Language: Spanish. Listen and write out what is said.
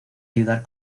ayudar